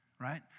right